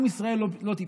עם ישראל לא טיפש.